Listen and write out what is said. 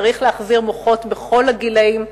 צריך להחזיר מוחות בכל הגילים,